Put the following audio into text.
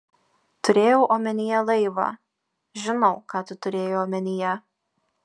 turėjau omenyje laivą žinau ką tu turėjai omenyje